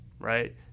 right